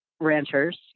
ranchers